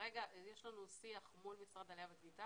כרגע יש לנו שיח מול משרד העלייה והקליטה